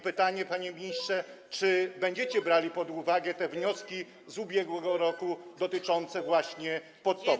Pytanie, panie ministrze: Czy będziecie brali pod uwagę te wnioski z ubiegłego roku dotyczące właśnie podtopień?